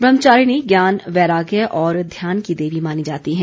ब्रह्मचारिणी ज्ञान वैराग्य और ध्यान की देवी मानी जाती है